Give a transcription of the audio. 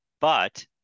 but-